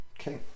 Okay